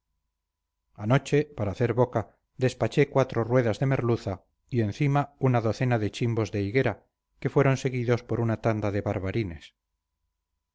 anoche para hacer boca despaché cuatro ruedas de merluza y encima una docena de chimbos de higuera que fueron seguidos por una tanda de barbarines